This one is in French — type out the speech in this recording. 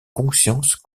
conscience